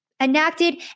enacted